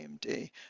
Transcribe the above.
AMD